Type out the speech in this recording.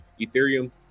Ethereum